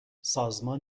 سازمان